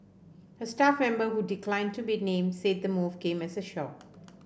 a staff member who declined to be named said the move came as a shock